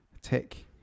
Tick